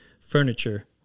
furniture